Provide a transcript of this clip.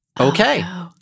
Okay